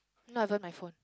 not even my phone